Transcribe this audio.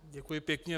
Děkuji pěkně.